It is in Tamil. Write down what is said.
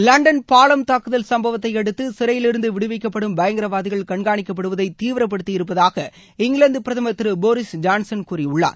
லண்டன் பாலம் தாக்குதல் சும்பவத்தை அடுத்து சிறையிலிருந்து விடுவிக்கப்படும் பயங்கரவாதிகள் கண்காணிப்படுவதை தீவிரப்படுத்தியிருப்பதாக இங்கிலாந்து பிரதமர் திரு போரிஸ் ஜான்சன் கூறியிருக்கிறார்